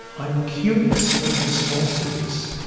i'm curious of his sources.